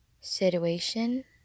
situation